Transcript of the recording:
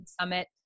summit